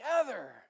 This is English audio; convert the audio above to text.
together